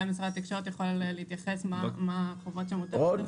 אולי משרד התקשורת יכול להתייחס מה החובות שמוטלות על חברה --- רון,